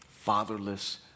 Fatherless